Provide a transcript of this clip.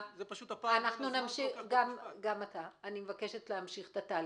אני מבקשת להמשיך את התהליך.